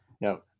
No